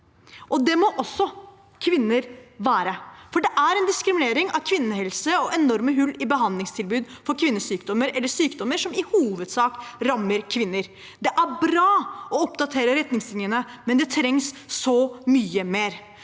Det må også kvinner være. Det er en diskriminering av kvinnehelse; det er enorme hull i behandlingstilbud for kvinnesykdommer eller sykdommer som i hovedsak rammer kvinner. Det er bra å oppdatere retningslinjene, men det trengs så mye mer.